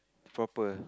flopper